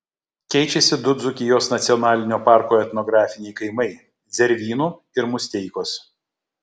keičiasi du dzūkijos nacionalinio parko etnografiniai kaimai zervynų ir musteikos